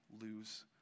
lose